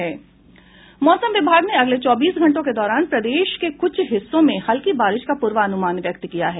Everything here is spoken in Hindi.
मौसम विभाग ने अगले चौबीस घंटों के दौरान प्रदेश के कुछ हिस्सों में हल्की बारिश का पूर्वानुमान व्यक्त किया है